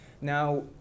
now